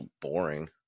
boring